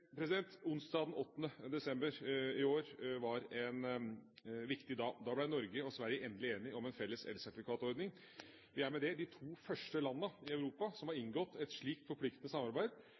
forretningsordenen. Onsdag den 8. desember i år var en viktig dag. Da ble Norge og Sverige endelig enige om en felles elsertifikatordning. Vi er med det de to første landene i Europa som har inngått et slikt forpliktende samarbeid